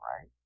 right